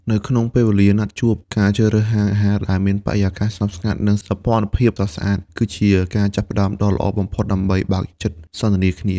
នៅក្នុងពេលវេលាណាត់ជួប ការជ្រើសរើសហាងអាហារដែលមានបរិយាកាសស្ងប់ស្ងាត់ និងសោភ័ណភាពស្រស់ស្អាត គឺជាការចាប់ផ្ដើមដ៏ល្អបំផុតដើម្បីបើកចិត្តសន្ទនាគ្នា។